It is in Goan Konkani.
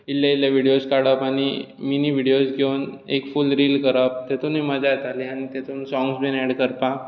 इल्ले इल्ले विडियोज काडप आनी मिनी विडियोज घेवन एक फूल रील करप तेतुंतूय मजा येताली तेतूंत सोंग्स बी एड करपाक